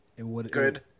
Good